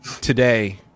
Today